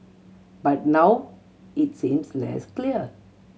but now it seems less clear